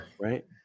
Right